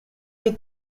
est